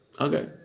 Okay